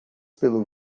pelo